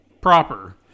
proper